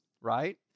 right